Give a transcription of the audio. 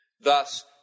Thus